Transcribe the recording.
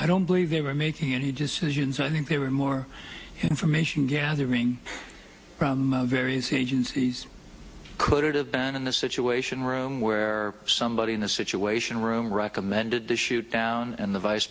i don't believe they were making any decisions i think they were more information gathering from various agencies could have been in the situation room where somebody in the situation room recommended to shoot down and the vice